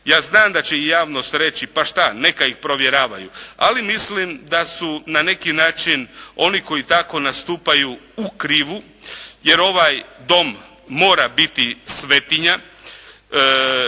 Ja znam da će i javnost reći "pa što, neka ih provjeravaju", ali mislim da su na neki način oni koji tako nastupaju u krivu, jer ovaj Dom mora biti svetinja.